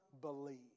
believe